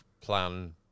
plan